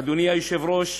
אדוני היושב-ראש,